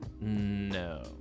No